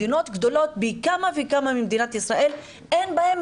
מדינות גדולות פי כמה וכמה ממדינת ישראל אין בהם